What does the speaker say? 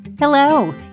Hello